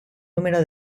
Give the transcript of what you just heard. número